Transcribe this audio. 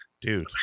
Dude